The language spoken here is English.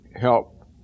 help